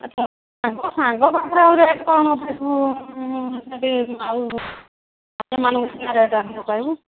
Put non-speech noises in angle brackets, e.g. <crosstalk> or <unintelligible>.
ଆଚ୍ଛା ସାଙ୍ଗ ପାଖରେ ଆଉ ରେଟ୍ କ'ଣ କହିବୁ <unintelligible>